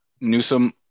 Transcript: Newsom